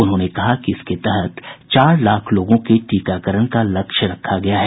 उन्होंने कहा कि इसके तहत चार लाख लोगों के टीकाकरण का लक्ष्य रखा गया है